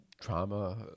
trauma